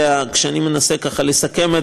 כשאני מנסה לסכם,